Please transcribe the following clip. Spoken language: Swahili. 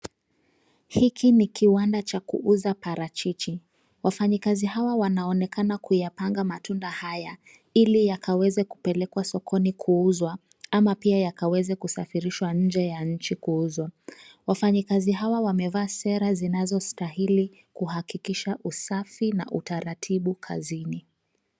Hiki ni kiwanda cha kuuza parachichi. Wafanyakazi hawa wanaonekana kuyapanga matunda haya, ili yakaweze kupeleka sokoni kuuzwa, ama pia yakaweze kusafirishwa nje ya nchi kuuzwa. Wafanyakazi hawa wamevaa sera zinazostahili kuhakikisha usafi na utaratibu kazini.